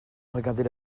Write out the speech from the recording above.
regarder